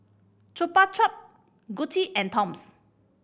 Chupa Chups Gucci and Toms